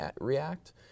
react